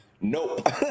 nope